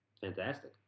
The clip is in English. Fantastic